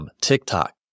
TikTok